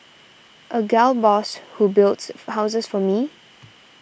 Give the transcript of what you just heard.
a gal boss who builds houses for me